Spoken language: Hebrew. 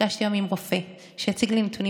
נפגשתי היום עם רופא שהציג לי נתונים